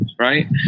Right